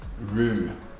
room